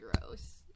gross